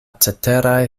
ceteraj